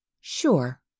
Sure